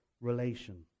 relation